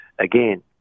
again